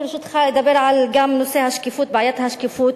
ברשותך, אני אדבר על בעיית השקיפות.